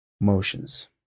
motions